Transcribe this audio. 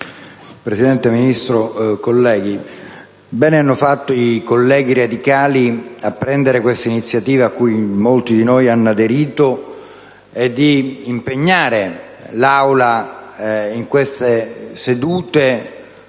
Presidente, signor Ministro, colleghi, bene hanno fatto i colleghi radicali a prendere l'iniziativa, cui molti di noi hanno aderito, di impegnare l'Aula in queste sedute